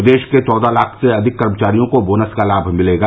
प्रदेश के चौदह लाख से अधिक कर्मचारियों को बोनस का लाम मिलेगा